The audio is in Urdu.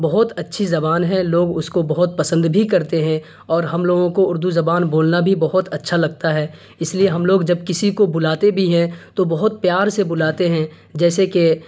بہت اچھی زبان ہے لوگ اس کو بہت پسند بھی کرتے ہیں اور ہم لوگوں کو اردو زبان بولنا بھی بہت اچھا لگتا ہے اس لیے ہم لوگ جب کسی کو بلاتے بھی ہیں تو بہت پیار سے بلاتے ہیں جیسے کہ